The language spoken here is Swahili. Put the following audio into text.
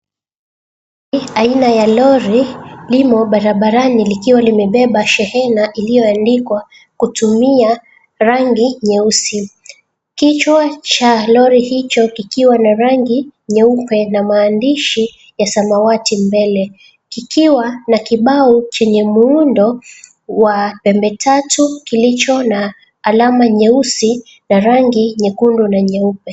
Gari aina ya lori liko barabarani likiwa limebeba Shehena iliyoandikwa kutumia rangi nyeusi, kichwa cha lori hili likiwa na rangi nyeupe na maandishi ya samawati mbele likiwa na kibao chenye muundo wa pembe tatu kilicho na alama nyeusi lenye rangi nyekundu na nyeupe.